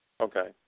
Okay